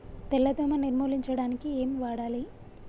తెల్ల దోమ నిర్ములించడానికి ఏం వాడాలి?